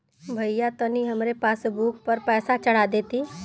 भईया तनि हमरे पासबुक पर पैसा चढ़ा देती